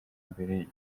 mbere